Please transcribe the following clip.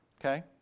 Okay